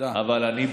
אבל אני,